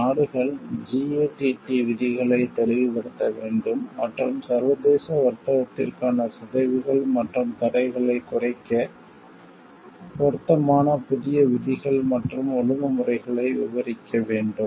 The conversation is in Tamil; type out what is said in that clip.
இந்த நாடுகள் GATT விதிகளை தெளிவுபடுத்த வேண்டும் மற்றும் சர்வதேச வர்த்தகத்திற்கான சிதைவுகள் மற்றும் தடைகளை குறைக்க பொருத்தமான புதிய விதிகள் மற்றும் ஒழுங்குமுறைகளை விவரிக்க வேண்டும்